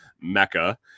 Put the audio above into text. mecca